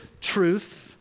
truth